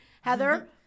Heather